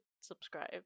Subscribe